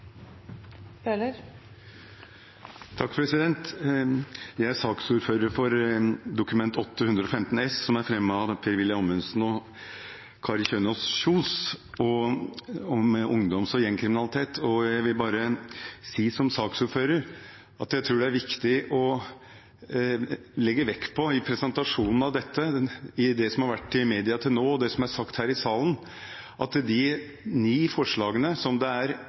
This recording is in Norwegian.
saksordfører for Dokument 8:115 S, om ungdoms- og gjengkriminalitet, som er fremmet av representantene Per-Willy Amundsen og Kari Kjønaas Kjos. Jeg vil bare si som saksordfører at jeg tror det er viktig å legge vekt på i presentasjonen av dette, etter det som har vært i media til nå, og det som er sagt i salen, at det er ni forslag som det enten er